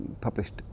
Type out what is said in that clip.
published